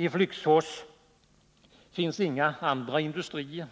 I Flygsfors finns inga andra industrier.